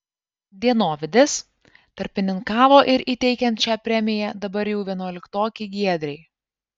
dienovidis tarpininkavo ir įteikiant šią premiją dabar jau vienuoliktokei giedrei